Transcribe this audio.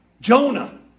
Jonah